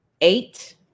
eight